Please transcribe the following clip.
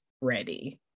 ready